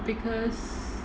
because